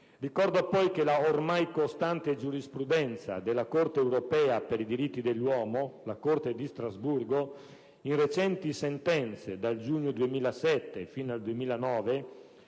Ricordo poi che la ormai costante giurisprudenza della Corte europea dei diritti dell'uomo, la Corte di Strasburgo, in sentenze recenti, a partire dal giugno 2007 fino al 2009,